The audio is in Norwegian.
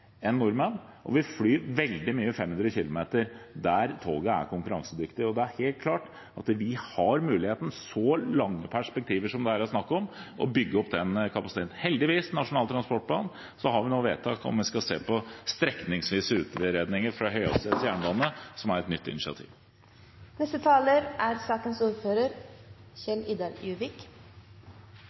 enn nordmenn, og vi flyr veldig ofte strekninger på 500 km, der toget er konkurransedyktig. Det er helt klart at vi har mulighet til, med et så langt perspektiv som det her er snakk om, å bygge opp den kapasiteten. Heldigvis har vi i forbindelse med Nasjonal transportplan vedtak om at vi skal se på strekningsvise utredninger om høyhastighetsjernbane, som er et nytt